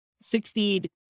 succeed